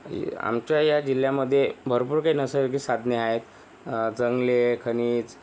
आमच्या या जिल्ह्यामध्ये भरपूर काही नैसर्गिक साधने आहेत जंगले खनिज